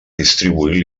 distribuir